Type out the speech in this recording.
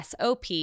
sop